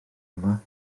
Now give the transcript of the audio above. yma